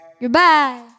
Goodbye